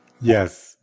Yes